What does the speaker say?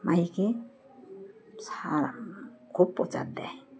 মাাইকে সারা খুব প্রচার দেয়